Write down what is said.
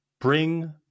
bring